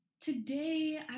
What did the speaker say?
Today